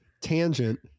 tangent